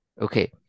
Okay